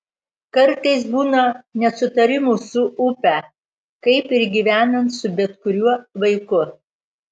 kartais būna nesutarimų su upe kaip ir gyvenant su bet kuriuo vaiku